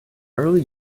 early